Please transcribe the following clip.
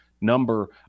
number